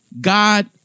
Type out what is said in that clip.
God